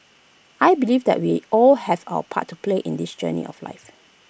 I believe that we all have our part to play in this journey of life